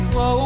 Whoa